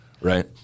right